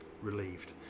relieved